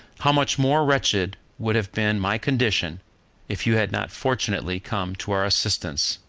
how much more wretched would have been my condition if you had not fortunately come to our assistance!